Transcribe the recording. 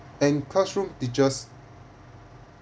and classroom teaches